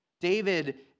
David